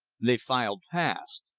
they filed past.